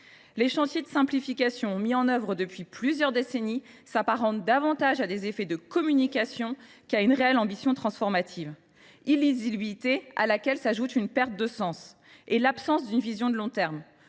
Les chantiers de simplification mis en œuvre depuis plusieurs décennies s’apparentent davantage à des opérations de communication qu’à une réelle ambition transformatrice. À l’illisibilité s’ajoutent la perte de sens et l’absence d’une vision de long terme.